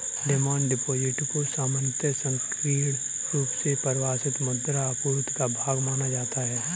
demand deposit को सामान्यतः संकीर्ण रुप से परिभाषित मुद्रा आपूर्ति का भाग माना जाता है